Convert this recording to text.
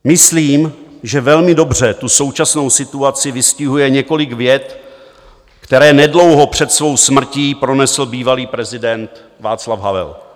Myslím, že velmi dobře tu současnou situaci vystihuje několik vět, které nedlouho před svou smrtí pronesl bývalý prezident Václav Havel.